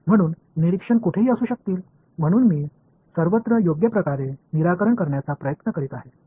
म्हणून निरीक्षक कोठेही असू शकतील म्हणून मी सर्वत्र योग्य प्रकारे निराकरण करण्याचा प्रयत्न करीत आहे